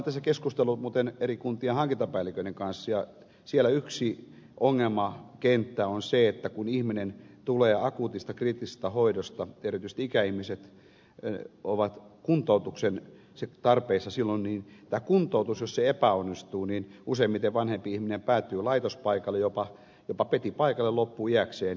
olen tässä keskustellut eri kuntien hankintapäälliköiden kanssa ja siellä yksi ongelmakenttä on se että kun ihminen tulee akuutista kriittisestä hoidosta niin erityisesti ikäihmiset ovat kuntoutuksen tarpeessa ja jos tämä kuntoutus epäonnistuu niin useimmiten vanhempi ihminen päätyy laitospaikalle jopa petipaikalle loppuiäkseen